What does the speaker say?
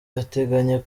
ateganya